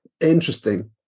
interesting